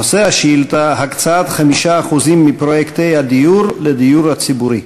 נושא השאילתה: הקצאת 5% מהפרויקטים לדיור לדיור הציבורי.